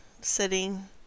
sitting